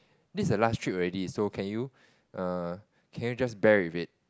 this is the last trip already so can you err can you just bear with it